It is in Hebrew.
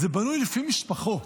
זה בנוי לפי משפחות.